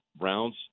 rounds